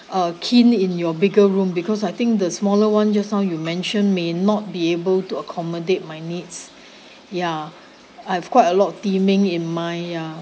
uh keen in your bigger room because I think the smaller one just now you mention may not be able to accommodate my needs ya I've quite a lot theming in my ya